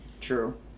True